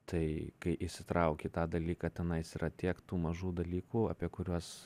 tai kai įsitrauki į tą dalyką tenais yra tiek tų mažų dalykų apie kuriuos